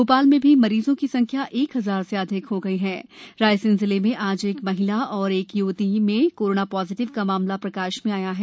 भोपाल में भी मरीजों की संख्या एक हजार से अधिक हो गयी है रायसेन जिले में आज एक महिला और एक य्वती में कोरोना पॉजिटिव का मामला प्रकाश में आया है